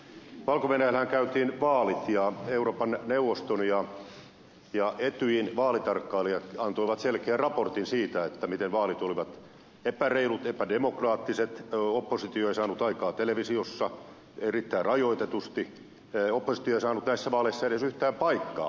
valko venäjällähän käytiin vaalit ja euroopan neuvoston ja etyjin vaalitarkkailijat antoivat selkeän raportin siitä miten vaalit olivat epäreilut epädemokraattiset oppositio ei saanut aikaa televisiossa kuin erittäin rajoitetusti oppositio ei saanut näissä vaaleissa edes yhtään paikkaa